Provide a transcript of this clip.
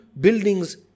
buildings